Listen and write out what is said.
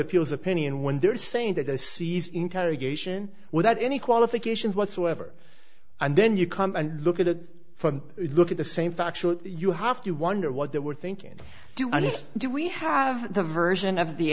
appeals opinion when they're saying that they seize interrogation without any qualifications whatsoever and then you come and look at it from look at the same factual you have to wonder what they were thinking and do and do we have the version of the